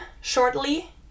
shortly